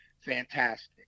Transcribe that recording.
fantastic